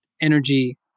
energy